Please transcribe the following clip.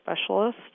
specialist